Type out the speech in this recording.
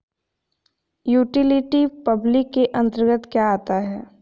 Utility public के अंतर्गत क्या आता है?